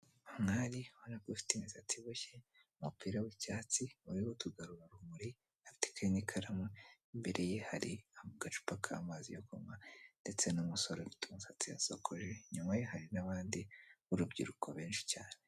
umwari ubona ko afite imsatsik iboshye umupira w'icyatsi wari utugarurarumuri atec n'ikaramu imbere ye hari mu agacupa k'amazi yo kunywa ndetse n'umusore ufite umusatsi sokore inyuma hari n'abandi b'urubyiruko benshi cyane.